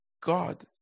God